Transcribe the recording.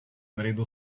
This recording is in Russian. наряду